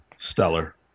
Stellar